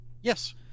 Yes